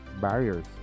barriers